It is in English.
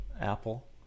Apple